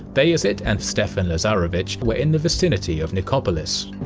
bayezid and stefan lazarevich were in the vicinity of nicopolis.